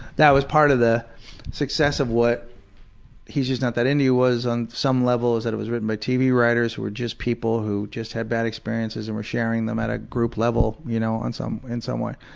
that was part of the success of what he's just not that into you was on some level, was that it was written by tv writers who were just people who just had bad experiences and were sharing them at a group level, you know, on some in some way.